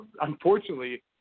Unfortunately